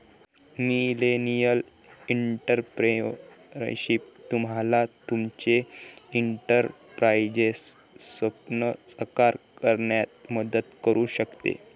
millennial entrepreneurship तुम्हाला तुमचे एंटरप्राइझचे स्वप्न साकार करण्यात मदत करू शकते